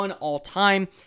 all-time